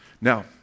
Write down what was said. Now